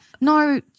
No